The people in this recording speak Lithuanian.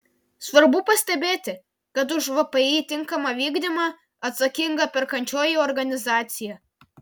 svarbu pastebėti kad už vpį tinkamą vykdymą atsakinga perkančioji organizacija